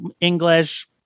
English